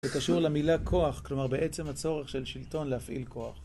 זה קשור למילה כוח, כלומר בעצם הצורך של שלטון להפעיל כוח.